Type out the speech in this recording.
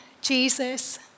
Jesus